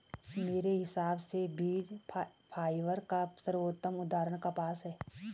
मेरे हिसाब से बीज फाइबर का सर्वोत्तम उदाहरण कपास है